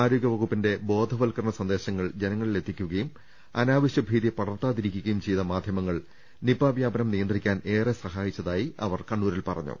ആരോഗ്യവകുപ്പിന്റെ ബോധ വത്ക്കരണ സന്ദേശങ്ങൾ ജനങ്ങളിലെത്തിക്കുകയും അനാ വശ്യഭീതി പടർത്താതിരിക്കുകയും ചെയ്ത മാധ്യമങ്ങൾ നിപ വ്യാപനം നിയന്ത്രിക്കാൻ ഏറെ സഹായിച്ചതായി അവർ കണ്ണൂരിൽ പറഞ്ഞു